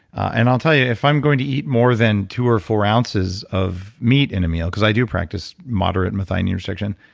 and i'll tell you, if i'm going to eat more than two or four ounces of meat in a meal, because i do practice moderate methionine restriction.